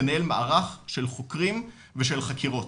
לנהל מערך של חוקים ושל חקירות.